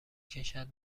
کشد